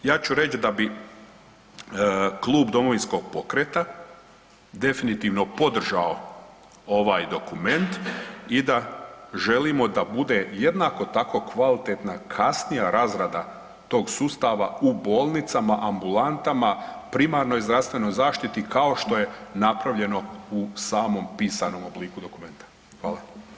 Ja ću reći da bi Klub Domovinskog pokreta definitivno podržao ovaj dokument i da želimo da bude jednako tako kvalitetna kasnija razrada tog sustava u bolnicama, ambulantama, primarnoj zdravstvenoj zaštiti kao što je napravljeno u samom pisanom obliku dokumenta.